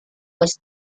was